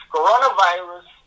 Coronavirus